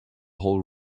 whole